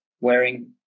wearing